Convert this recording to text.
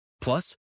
Plus